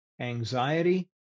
anxiety